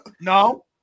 No